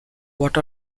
what